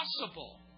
possible